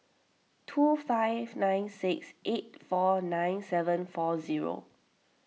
two five nine six eight four nine seven four zero